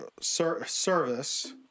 service